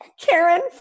Karen